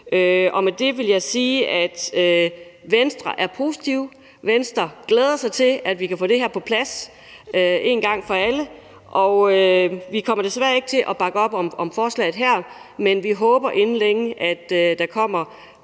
Med det vil jeg sige, at Venstre er positiv; Venstre glæder sig til, at vi kan få det her på plads en gang for alle. Vi kommer desværre ikke til at bakke op om forslaget her, men vi håber, at der inden